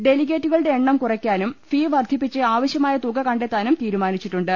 ടെലിഗേറ്റുകളുടെ എണ്ണം കുറയ്ക്കാനും ഫീ വർധിപ്പിച്ച് ആവശൃമായ തുക കണ്ടെത്താനും തീരുമാനിച്ചിട്ടുണ്ട്